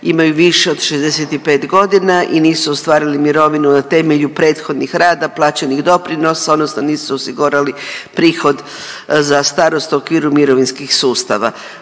imaju više od 65 godina i nisu ostvarili mirovinu na temelju prethodnih rada, plaćenih doprinosa, odnosno nisu osigurali prihod za starost u okviru mirovinskih sustava.